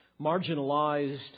marginalized